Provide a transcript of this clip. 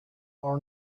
our